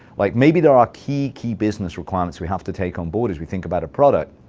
like maybe there are key, key business requirements we have to take onboard as we think about a product,